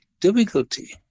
difficulty